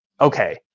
okay